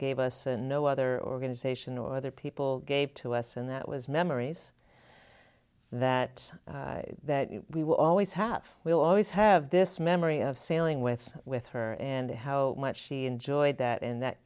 gave us and no other organization or other people gave to us and that was memories that that we will always have will always have this memory of sailing with with her and how much she enjoyed that and that